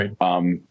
Right